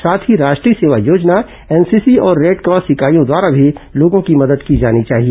साथ ही राष्ट्रीय सेवा योजना एनसीसी और रेडक्रॉस इकाइयों द्वारा भी लोगों की मदद की जानी चाहिए